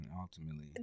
ultimately